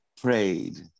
prayed